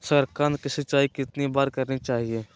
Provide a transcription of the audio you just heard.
साकारकंद की सिंचाई कितनी बार करनी चाहिए?